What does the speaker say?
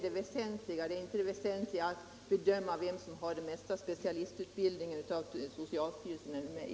Det väsentliga är inte att bedöma om den bästa specialistutbildningen finns hos socialstyrelsen eller hos mig.